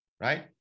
right